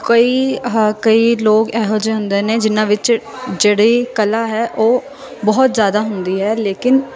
ਕਈ ਆਹ ਕਈ ਲੋਕ ਇਹੋ ਜਿਹੇ ਹੁੰਦੇ ਨੇ ਜਿਹਨਾਂ ਵਿੱਚ ਜਿਹੜੀ ਕਲਾ ਹੈ ਉਹ ਬਹੁਤ ਜ਼ਿਆਦਾ ਹੁੰਦੀ ਹੈ ਲੇਕਿਨ